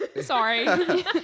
sorry